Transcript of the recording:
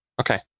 Okay